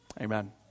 Amen